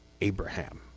Abraham